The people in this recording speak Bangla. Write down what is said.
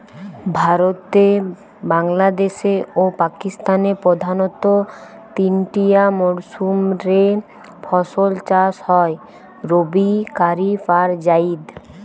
ভারতে, বাংলাদেশে ও পাকিস্তানে প্রধানতঃ তিনটিয়া মরসুম রে ফসল চাষ হয় রবি, কারিফ আর জাইদ